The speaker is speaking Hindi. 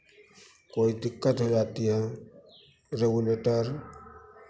कोई दिक्कत हो जाती हैं रेगुलेटर